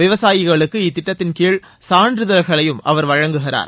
விவசாயிகளுக்கு இத்திட்டத்தின் கீழ் சான்றிதழ்களையும் அவர் வழங்குகிறார்